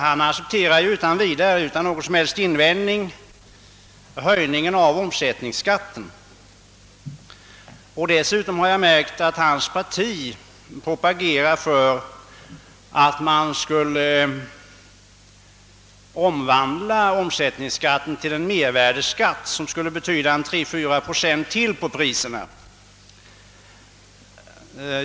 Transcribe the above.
Han accepterar ju utan någon som helst invändning höjningen av omsättningsskatten, och dessutom har jag märkt att hans parti propagerar för att man skall omvandla omsättningsskatten till en mervärdeskatt, som skulle höja priserna med ytterligare 3—4 procent.